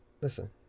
listen